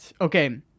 Okay